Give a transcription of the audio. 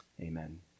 amen